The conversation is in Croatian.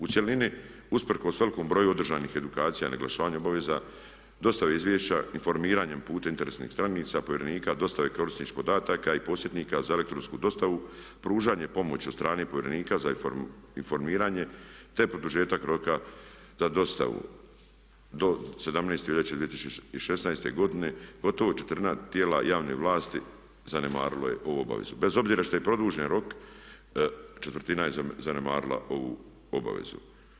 U cjelini usprkos velikom broju održanih edukacija, naglašavanja obveza, dostave izvješća informiranjem putem interesnih stranica povjerenika, dostave korisničkih podataka i podsjetnika za elektronsku dostavu, pružanje pomoći od strane povjerenika za informiranje, te produžetak roka za dostavu do 17. veljače 2016. godine gotovo četvrtina tijela javne vlasti zanemarilo je ovu obavezu, bez obzira što je produžen rok četvrtina je zanemarila ovu obavezu.